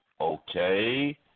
okay